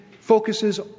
focuses